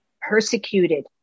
persecuted